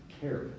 care